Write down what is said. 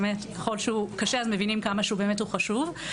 באמת ככל שהוא קשה אז מבינים כמה שבאמת הוא חשוב.